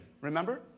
Remember